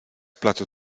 placu